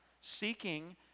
seeking